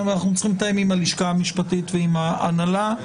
אנחנו צריכים לתאם עם הלשכה המשפטית ועם הנהלת הוועדה.